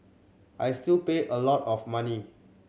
I still pay a lot of money